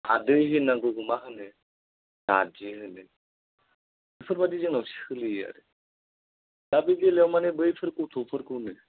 आदै होन्नांगौखो मा होनो दादि होनो बेफोरबायदि जोंनाव सोलियो आरो दा बे बेलायाव माने बैफोर गथ'फोरखौनो